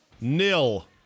Nil